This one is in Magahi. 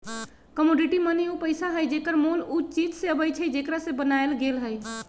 कमोडिटी मनी उ पइसा हइ जेकर मोल उ चीज से अबइ छइ जेकरा से बनायल गेल हइ